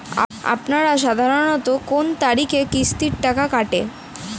আপনারা সাধারণত কোন কোন তারিখে কিস্তির টাকা কাটে?